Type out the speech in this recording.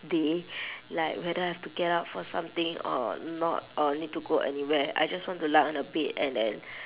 day like whether I have to get up for something or not or need to go anywhere I just want to lie on the bed and then